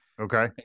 Okay